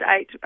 eight